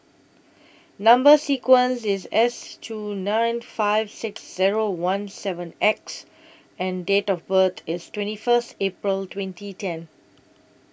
Number sequence IS S two nine five six Zero one seven X and Date of birth IS twenty First April twenty ten